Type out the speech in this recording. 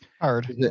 Hard